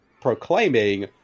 proclaiming